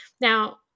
Now